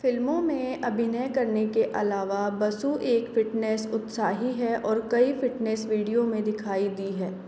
फ़िल्मों में अभिनय करने के अलावा बासु एक फ़िटनेस उत्साही हैं और कई फ़िटनेस वीडियो में दिखाई दी हैं